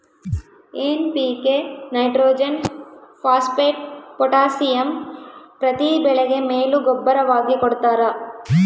NPK nitrogen phosphate potassium ಪ್ರತಿ ಬೆಳೆಗೆ ಮೇಲು ಗೂಬ್ಬರವಾಗಿ ಕೊಡ್ತಾರ